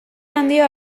handia